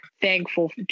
thankful